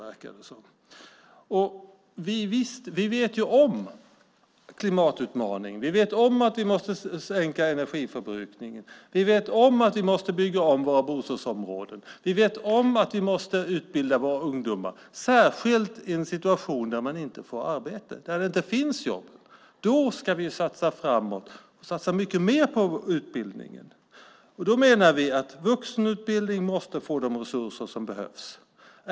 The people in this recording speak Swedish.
Vi vet om klimatutmaningen, vi vet att vi måste minska energiförbrukningen, vi vet att vi måste bygga om våra bostadsområden, och vi vet att vi måste utbilda våra ungdomar, särskilt i en situation då de inte får arbete och då det inte finns jobb. Då ska vi satsa framåt och satsa mycket mer på utbildningen. Då menar vi att vuxenutbildningen måste få de resurser som behövs.